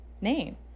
name